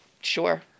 sure